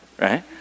Right